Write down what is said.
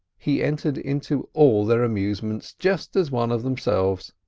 he entered into all their amusements just as one of themselves.